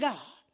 God